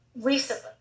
recently